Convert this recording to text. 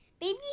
Baby